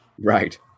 Right